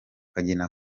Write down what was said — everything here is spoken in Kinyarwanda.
kagina